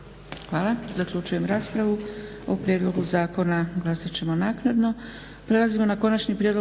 Hvala. Zaključujem raspravu. U prijedlogu zakona glasat ćemo naknado.